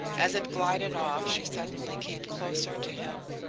as it glided off she suddenly came closer to him.